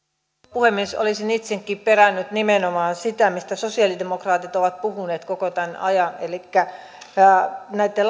puhemies olisin itsekin perännyt nimenomaan sitä mistä sosialidemokraatit ovat puhuneet koko tämän ajan elikkä näitten